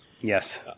yes